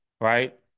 right